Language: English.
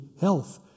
health